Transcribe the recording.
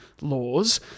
laws